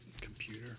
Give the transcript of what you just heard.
computer